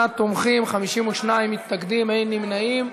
38 תומכים, 52 מתנגדים, אין נמנעים.